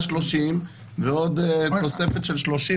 ההורה גם עובר בדיקת PCR כי הוא כבר נמצא שם והוא נחשף לילד,